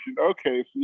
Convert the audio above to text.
Okay